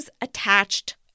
attached